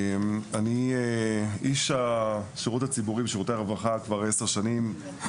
אני איש השירות הציבורי בשירותי הרווחה כבר עשר שנים,